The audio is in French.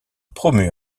promu